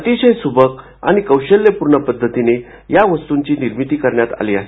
अतिशय सुबक आणि कौशल्यपूर्ण पद्धतीनं या सुंदर वस्तूंची निर्मिती करण्यात आली आहे